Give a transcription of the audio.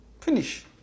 finish